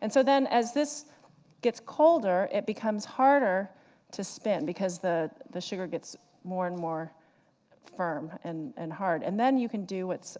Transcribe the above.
and so then as this gets colder, it becomes harder to spin because the the sugar gets more and more firm and and hard. and then you can do what's